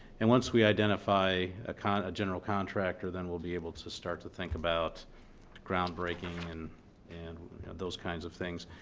and once we identify a kind of general contractor, then we'll be able to start to think about groundbreaking and and those kinds of things.